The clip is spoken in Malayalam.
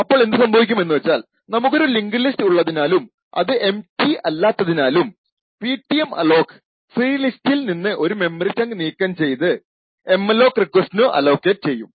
അപ്പോൾ എന്ത് സംഭവിക്കും എന്ന് വച്ചാൽ നമുക്കൊരു ലിങ്ക്ഡ് ലിസ്റ് ഉള്ളതിനാലും അത് എംപ്റ്റി അല്ലാത്തതിനാലും പിട്ടിഎംഅലോക് ഫ്രീ ലിസ്റ്റിൽ നിന്ന് ഒരു മെമ്മറി ചങ്ക് നീക്കം ചെയ്തു എംഅലോക് റിക്വസ്റ്റിനു അലോക്കേറ് ചെയ്യും